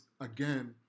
again